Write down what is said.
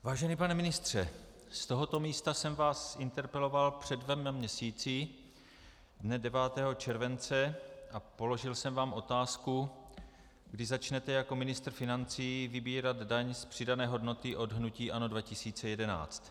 Vážený pane ministře, z tohoto místa jsem vás interpeloval před dvěma měsíci dne 9. července a položil jsem vám otázku, kdy začnete jako ministr financí vybírat daň z přidané hodnoty od hnutí ANO 2011.